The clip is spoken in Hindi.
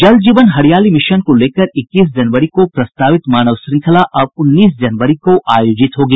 जल जीवन हरियाली मिशन को लेकर इक्कीस जनवरी को प्रस्तावित मानव श्रंखला अब उन्नीस जनवरी को आयोजित होगी